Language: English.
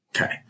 Okay